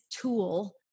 tool